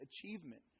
achievement